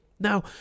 Now